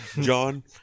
John